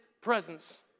presence